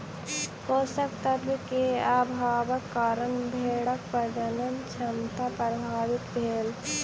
पोषक तत्व के अभावक कारणें भेड़क प्रजनन क्षमता प्रभावित भेल